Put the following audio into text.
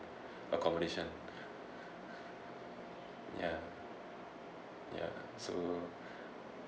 accommodation ya ya so